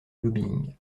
lobbying